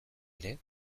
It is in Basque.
ere